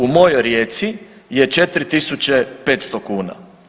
U mojoj Rijeci je 4500 kuna.